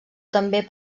també